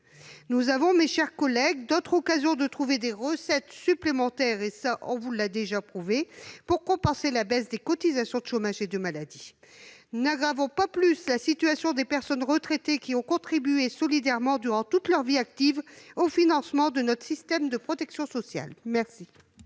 Nous avons, mes chers collègues d'autres occasions de trouver des recettes supplémentaires, nous vous l'avons prouvé, pour compenser la baisse des cotisations de chômage et de maladie. N'aggravons pas plus la situation des personnes retraitées qui ont contribué solidairement durant toute leur vie active au financement de notre système de protection sociale. Quel